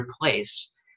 replace